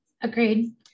Agreed